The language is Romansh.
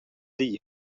dir